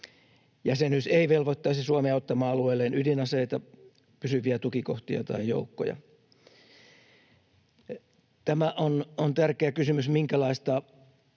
Jäsenyys ei velvoittaisi Suomea ottamaan alueelleen ydinaseita, pysyviä tukikohtia tai joukkoja. Tämä on tärkeä kysymys, minkälaista